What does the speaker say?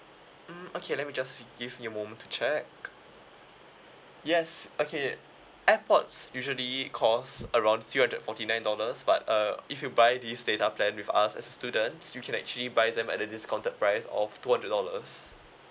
mm okay let me just give you a moment to check yes okay airpods usually cost around three hundred forty nine dollars but uh if you buy this data plan with as a student you can actually buy them at the discounted price of two hundred dollars